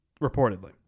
Reportedly